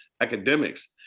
academics